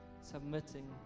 submitting